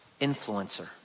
influencer